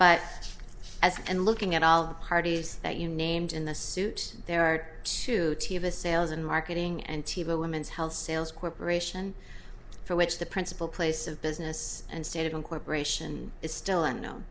but as and looking at all the parties that you named in the suit their art to teach us sales and marketing and t v women's health sales corporation for which the principal place of business and state and cooperation is still unknow